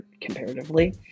comparatively